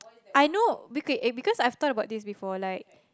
I know because eh because I've thought about this before like